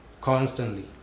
constantly